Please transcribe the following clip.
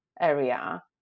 area